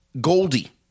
Goldie